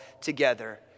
together